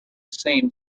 same